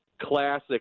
classic